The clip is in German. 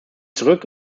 zurück